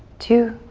two,